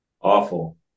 Awful